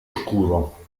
scuro